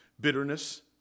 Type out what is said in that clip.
bitterness